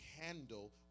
handle